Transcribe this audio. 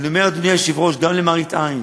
אני אומר, אדוני היושב-ראש, גם למראית עין,